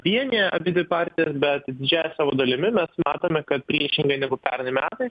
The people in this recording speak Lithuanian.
vienija abidvi partijas bet didžiąja savo dalimi mes matome kad priešingai negu pernai metais